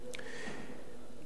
אדוני שר האוצר,